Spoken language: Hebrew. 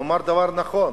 הוא אמר דבר נכון: